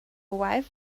wife